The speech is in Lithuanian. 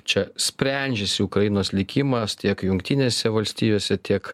čia sprendžiasi ukrainos likimas tiek jungtinėse valstijose tiek